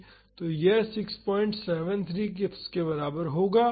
तो यह 673 किप्स के बराबर होगा